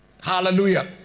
Hallelujah